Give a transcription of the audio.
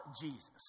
Jesus